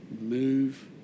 move